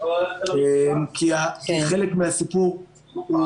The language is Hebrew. כי חלק מהסיפור הוא,